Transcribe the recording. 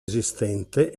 esistente